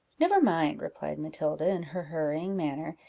never mind, replied matilda, in her hurrying manner,